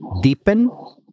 deepen